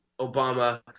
Obama –